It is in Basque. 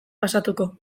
pasatuko